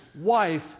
wife